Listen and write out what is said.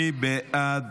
מי בעד?